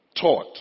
Taught